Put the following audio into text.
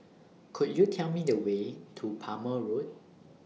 Could YOU Tell Me The Way to Palmer Road